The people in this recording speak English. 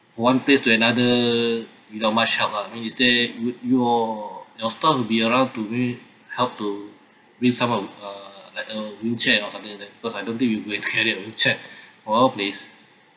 one place to another without much help lah I mean is there your your your staff will be around to be help to bring some of uh like a wheelchair or something like that because I don't think we will go carry a wheelchair from one place